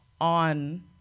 on